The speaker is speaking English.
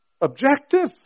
objective